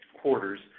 quarters